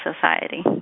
Society